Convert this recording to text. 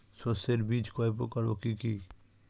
শস্যের বীজ কয় প্রকার ও কি কি?